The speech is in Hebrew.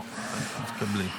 תקבלי.